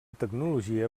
tecnologia